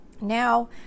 Now